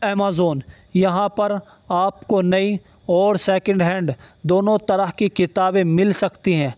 Amazon یہاں پر آپ کو نئی اور سیکنڈ ہینڈ دونوں طرح کی کتابیں مل سکتی ہیں